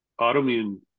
autoimmune